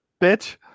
Bitch